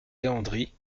leandri